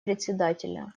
председателя